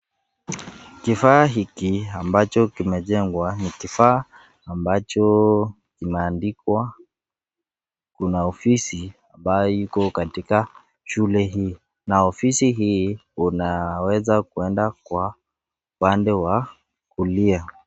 Kifaa hiki ambacho kimejengwa ni kifaa ambacho kimeandikwa .Kuna ofisi ambayo iko katika shule hii na ofisi hii unaweza kuenda upande wa kulia.